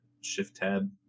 shift-tab